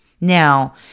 Now